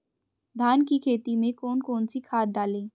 धान की खेती में कौन कौन सी खाद डालें?